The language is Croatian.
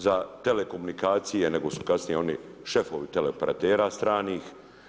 Za telekomunikacije, nego su kasnije oni šefovi teleoperatera stranih.